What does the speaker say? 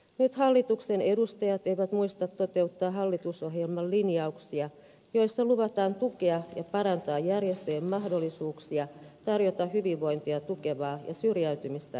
nyt hallituksen edustajat eivät muista toteuttaa hallitusohjelman linjauksia joissa luvataan tukea ja parantaa järjestöjen mahdollisuuksia tarjota hyvinvointia tukevaa ja syrjäytymistä ehkäisevää toimintaa